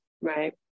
Right